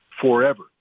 forever